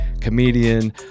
comedian